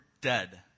dead